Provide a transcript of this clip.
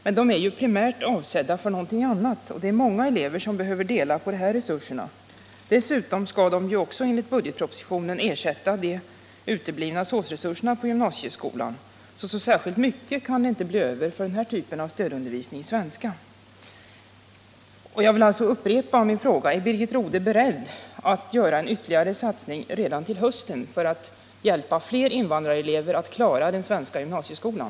Men resurserna är ju primärt avsedda för annat, och det är många elever som behöver dela på dem. Enligt budgetpropositionen skall de dessutom ersätta de uteblivna SÅS-resurserna på gymnasieskolan. Så särskilt mycket kan det alltså inte bli över för den här typen av stödundervisning i svenska. Jag vill upprepa min fråga: Är Birgit Rodhe beredd att göra en ytterligare satsning till hösten för att hjälpa fler invandrarelever att klara den svenska gymnasieskolan?